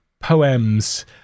poems